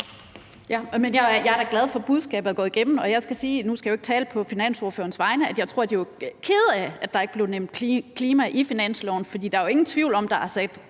Jeg er da glad for, at budskabet er gået igennem. Og nu skal jeg jo ikke tale på finansordførerens vegne, men jeg skal sige, at jeg tror, de var kede af, at der ikke blev nævnt noget om klima i finansloven, for der er jo ingen tvivl om, at der er sat